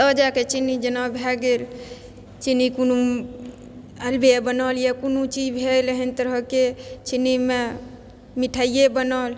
आओर जा कऽ चिन्नी जेना भए गेल चिन्नी कोनो अरबे बनल यऽ कोनो चीज भेल एहन तरहके चिन्नीमे मिठाइए बनल